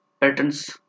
patterns